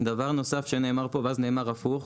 דבר נוסף שנאמר פה ואז נאמר הפוך,